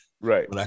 Right